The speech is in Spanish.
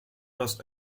los